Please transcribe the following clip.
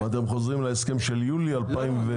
--- אתם חוזרים להסכם של יולי 2022?